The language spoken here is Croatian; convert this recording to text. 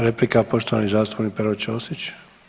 Replika poštovani zastupnik Pero Ćosić.